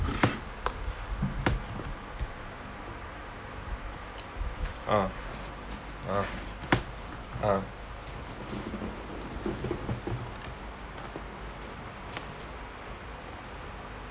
ah ah ah